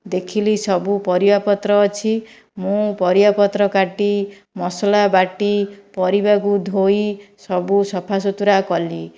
ଦେଖିଲି ସବୁ ପରିବା ପତ୍ର ଅଛି ମୁଁ ପରିବାପତ୍ର କାଟି ମସଲା ବାଟି ପରିବାକୁ ଧୋଇ ସବୁ ସଫା ସୁତୁରା କଲି